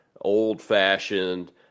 old-fashioned –